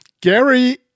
Gary